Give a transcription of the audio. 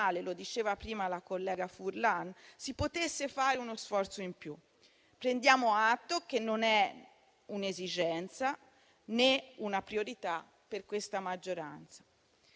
lo diceva prima la collega Furlan - si potesse fare uno sforzo in più. Prendiamo atto che non è un'esigenza né una priorità per questa maggioranza.